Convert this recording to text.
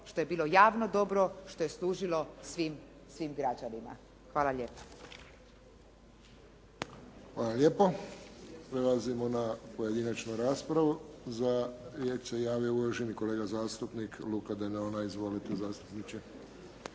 što je bilo javno dobro, što je služilo svim građanima. Hvala lijepa. **Friščić, Josip (HSS)** Hvala lijepo. Prelazimo na pojedinačnu raspravu. Za riječ se javio uvaženi kolega zastupnik Luka Denona. Izvolite zastupniče.